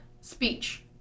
speech